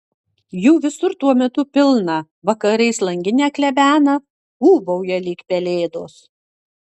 jų visur tuo metu pilna vakarais langinę klebena ūbauja lyg pelėdos